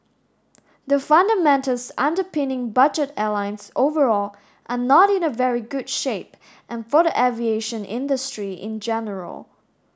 the fundamentals underpinning budget airlines overall are not in a very good shape and for the aviation industry in general